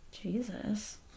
Jesus